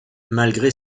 malgré